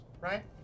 right